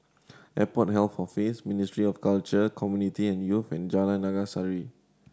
Airport Health Office Ministry of Culture Community and Youth and Jalan Naga Sari